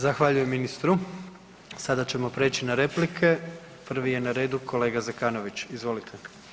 Zahvaljujem ministru, sada ćemo prijeći na replike, prvi je na redu kolega Zekanović, izvolite.